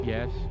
Yes